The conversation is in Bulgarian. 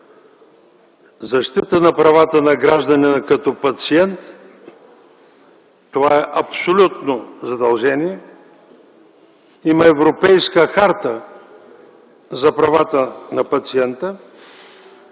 Защитата на правата на гражданина като пациент е абсолютно задължение - има Европейска харта за правата на пациента,